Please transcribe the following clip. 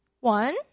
one